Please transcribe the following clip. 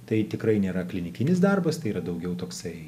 tai tikrai nėra klinikinis darbas tai yra daugiau toksai